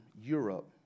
Europe